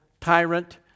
tyrant